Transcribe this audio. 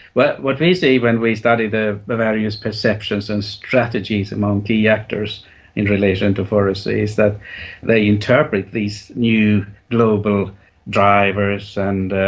but what we see when we study the the various perceptions and strategies among key actors in relation to forestry is that they interpret these new global drivers and